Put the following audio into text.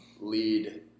lead